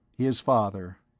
his father.